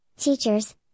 teachers